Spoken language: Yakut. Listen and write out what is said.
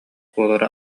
буолара